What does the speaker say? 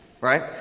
Right